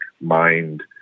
mind